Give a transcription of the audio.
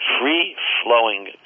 free-flowing